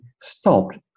stopped